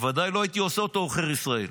בוודאי לא הייתי עושה אותו עוכר ישראל,